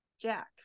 Jack